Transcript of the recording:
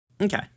Okay